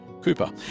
Cooper